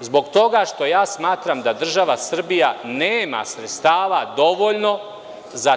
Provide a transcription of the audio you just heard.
Zbog toga što ja smatram da država Srbija nema sredstava dovoljno za